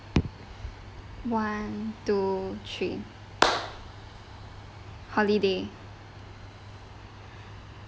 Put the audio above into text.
one two three holiday